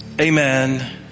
amen